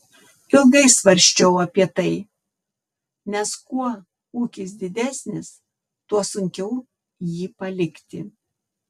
ilgai svarsčiau apie tai nes kuo ūkis didesnis tuo sunkiau jį palikti